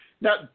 Now